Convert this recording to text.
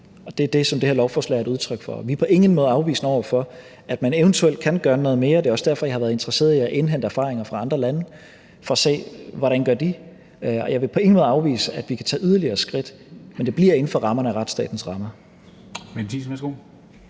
det er det, som det her lovforslag er et udtryk for, og vi er på ingen måde afvisende over for, at man eventuelt kan gøre noget mere. Det er også derfor, jeg har været interesseret i at indhente erfaringer fra andre lande for at se, hvordan de gør, og jeg vil på ingen måde afvise, at vi kan tage yderligere skridt, men det bliver inden for retsstatens rammer.